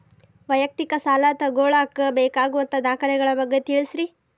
ವೈಯಕ್ತಿಕ ಸಾಲ ತಗೋಳಾಕ ಬೇಕಾಗುವಂಥ ದಾಖಲೆಗಳ ಬಗ್ಗೆ ತಿಳಸ್ರಿ